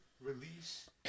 release